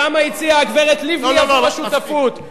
כמה הציעה הגברת לבני עבור השותפות?